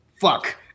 Fuck